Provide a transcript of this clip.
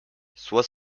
soit